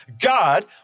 God